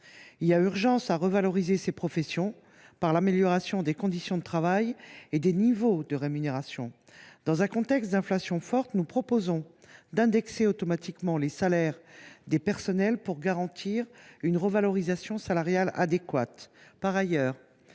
Il y a urgence à mieux valoriser ces professions en améliorant les conditions de travail et le niveau des rémunérations. Dans un contexte de forte inflation, nous proposons d’indexer automatiquement les revenus des personnels visés pour garantir une revalorisation salariale adéquate.